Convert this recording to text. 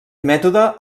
mètode